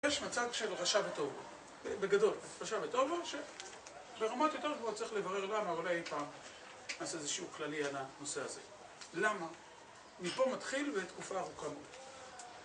יש מצב של רעש וטוב לו בגדול, רעש וטוב שברמות יותר גבוהות צריך לברר למה, אבל אולי פעם נעשהו כללי על הנושא הזה למה? מפה מתחיל ותקופה ארוכה